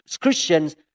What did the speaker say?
Christians